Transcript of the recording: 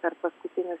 per paskutinius